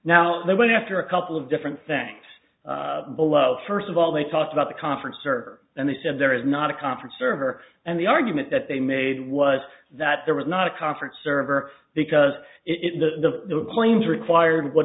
now they went after a couple of different things below first of all they talked about the conference server and they said there is not a conference server and the argument that they made was that there was not a conference server because if the claims required what